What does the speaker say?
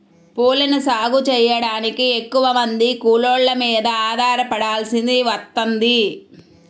పూలను సాగు చెయ్యడానికి ఎక్కువమంది కూలోళ్ళ మీద ఆధారపడాల్సి వత్తది